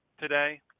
today